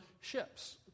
ships